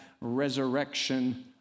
Resurrection